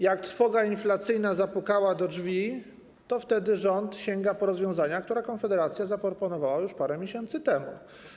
Jak trwoga inflacyjna puka do drzwi, to rząd sięga po rozwiązania, które Konfederacja zaproponowała już parę miesięcy temu.